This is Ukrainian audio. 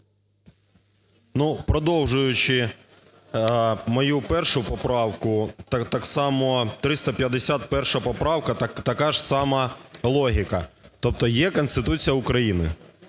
продовжуючи мою першу поправку, так само 351 поправка, така ж сама логіка. Тобто є Конституція України.